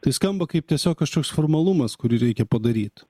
tai skamba kaip tiesiog kažkoks formalumas kurį reikia padaryt